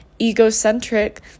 egocentric